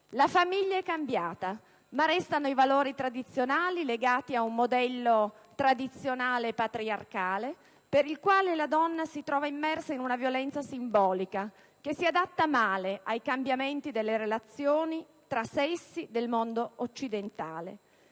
la famiglia è cambiata, ma restano i valori tradizionali legati ad un modello tradizionale patriarcale, per il quale la donna si trova immersa in una violenza simbolica, che si adatta male ai cambiamenti delle relazioni tra sessi nel mondo occidentale.